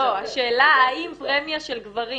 לא, השאלה האם פרמיה של גברים